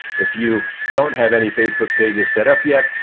if you don't have any facebook pages set up yet,